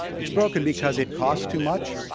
it's broken because it costs too much,